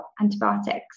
antibiotics